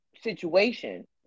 situation